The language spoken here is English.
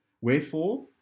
Wherefore